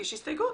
הסתייגות.